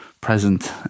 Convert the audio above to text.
Present